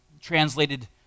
translated